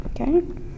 Okay